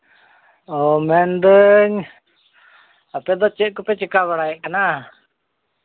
ᱚ ᱢᱮᱱᱫᱟᱹᱧ ᱟᱯᱮ ᱫᱚ ᱪᱮᱫ ᱠᱚᱯᱮ ᱪᱤᱠᱟᱹ ᱵᱟᱲᱟᱭᱮᱫ ᱠᱟᱱᱟ